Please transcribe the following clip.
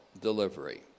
delivery